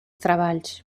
treballs